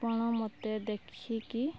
ଆପଣ ମୋତେ ଦେଖିକି